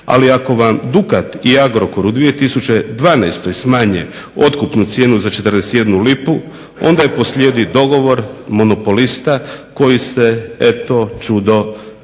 ali ako vam Dukat i Agrokor u 2012. smanje otkupnu cijenu za 41 lipu, onda je po slijedi dogovor monopolista koji ste eto čudo prema